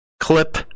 clip